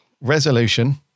resolution